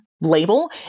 label